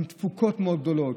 עם תפוקות מאוד גדולות,